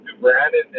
Brandon